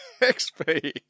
XP